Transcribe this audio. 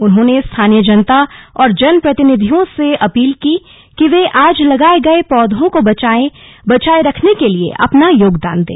उन्होंने स्थानीय जनता और जनप्रतिनिधियों से अपील की कि वे आज लगाए गए पौधों को बचाए रखने के लिए अपना योगदान दें